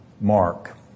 Mark